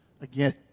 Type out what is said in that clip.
again